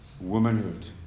womanhood